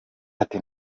ati